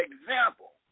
example